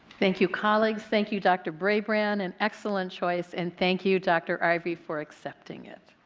thank you colleagues, thank you dr. brabrand, an excellent choice and thank you dr. ivey for accepting it.